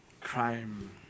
Crime